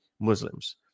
Muslims